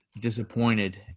disappointed